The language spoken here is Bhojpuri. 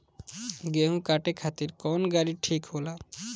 गेहूं काटे खातिर कौन गाड़ी ठीक होला?